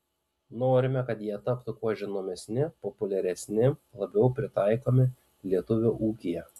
norime kad jie taptų kuo žinomesni populiaresni labiau pritaikomi lietuvio ūkyje